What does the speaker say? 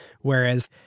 Whereas